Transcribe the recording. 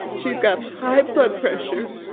she's got high blood pressure.